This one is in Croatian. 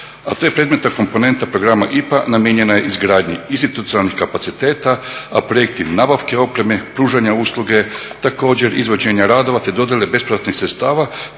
A ta je predmetna komponenta programa IPA namijenjena izgradnji institucionalnih kapaciteta, a projekti nabavke opreme, pružanja usluge, također izvođenja radova te … sredstava